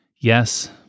Yes